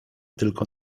tylko